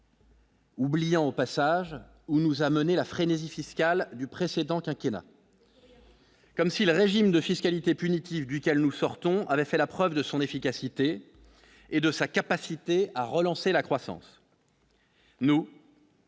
Oubliant au passage où nous a mené la frénésie fiscale du précédent quinquennat comme si le régime de fiscalité punitive duquel nous sortons avait fait la preuve de son efficacité et de sa capacité à relancer la croissance. Non.